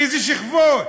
איזה שכבות.